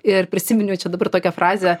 ir prisiminiau čia dabar tokią frazę